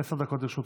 עשר דקות לרשותך.